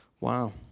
Wow